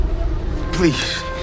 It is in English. Please